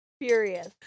Furious